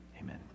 Amen